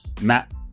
Matt